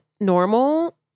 normal